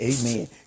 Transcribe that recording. amen